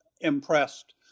impressed